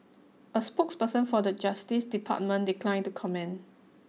a spokesperson for the Justice Department declined to comment